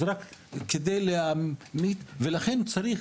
זה רק כדי להעמיק ולכן צריך